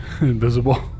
invisible